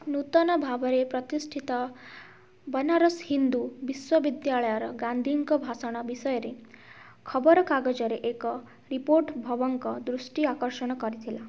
ନୂତନ ଭାବରେ ପ୍ରତିଷ୍ଠିତ ବନାରସ ହିନ୍ଦୁ ବିଶ୍ୱବିଦ୍ୟାଳୟର ଗାନ୍ଧୀଙ୍କ ଭାଷଣ ବିଷୟରେ ଖବରକାଗଜରେ ଏକ ରିପୋର୍ଟ ଭବଙ୍କ ଦୃଷ୍ଟି ଆକର୍ଷଣ କରିଥିଲା